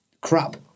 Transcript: crap